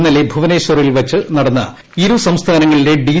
ഇന്നലെ ഭുവനേശ്വറിൽ വച്ച് നടന്ന ഇരു സംസ്ഥാനങ്ങളിലെ ഡി